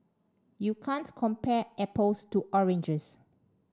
you can't compare apples to oranges